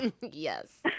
Yes